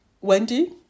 Wendy